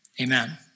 Amen